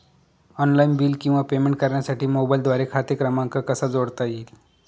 Online bill किंवा payment करण्यासाठी मोबाईलद्वारे खाते क्रमांक कसा जोडता येईल?